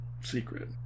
secret